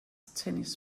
tennis